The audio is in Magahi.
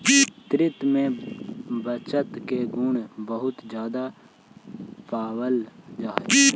स्त्रि में बचत के गुण बहुत ज्यादा पावल जा हई